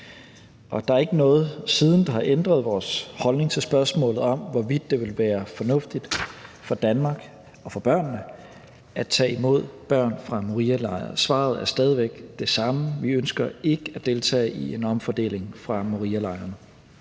år. Der er ikke noget, der siden har ændret vores holdning til spørgsmålet om, hvorvidt det vil være fornuftigt for Danmark og for børnene at tage imod børn fra Morialejren. Svaret er stadig væk det samme: Vi ønsker ikke at deltage i en omfordeling fra Morialejren.